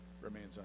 remains